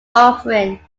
offering